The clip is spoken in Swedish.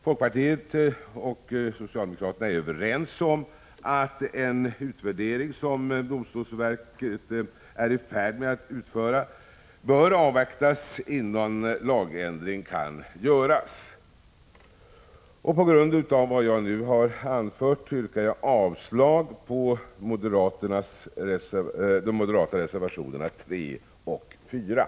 Folkpartiet och socialdemokraterna är överens om att en utvärdering som domstolsverket är i färd med att utföra bör avvaktas, innan en lagändring kan göras. På grund av vad jag nu har anfört yrkar jag avslag på de moderata reservationerna 3 och 4.